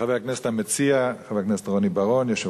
חבר הכנסת המציע, חבר הכנסת רוני בר-און,